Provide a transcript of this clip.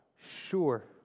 sure